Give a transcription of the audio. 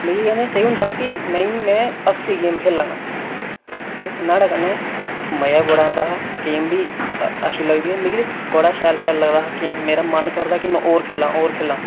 मिगी इ'यां सेई होंदा हा कि नेईं मैं असली गेम खेढा ना ते न्हाड़े कन्नै मजा बी बड़ा आंदा हा गेम बी अच्छी लगदी ऐ मिगी बड़ा शैल शैल लगदा हा के मेरा मन करदा हा के मैं होर खेलां होर खेलां